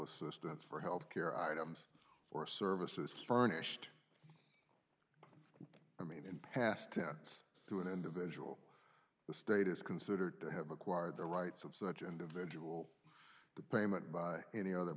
assistance for health care items or services furnished i mean in past tense through an individual the state is considered to have acquired the rights of such an individual payment by any other